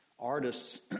Artists